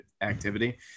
activity